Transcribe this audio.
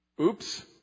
Oops